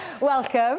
Welcome